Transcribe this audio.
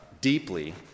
deeply